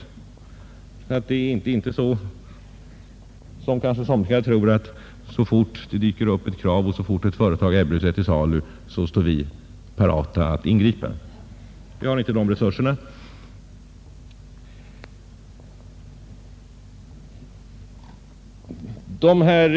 Det är inte så, som somliga kanske tror, att så fort det dyker upp ett företag som är till salu, så står vi parata att ingripa. Vi har inte de resurserna inte heller för alla de engagemang vi i och för sig finner önskvärda.